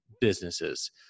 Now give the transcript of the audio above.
businesses